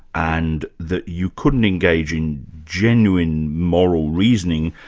and that you couldn't engage in genuine moral reasoning,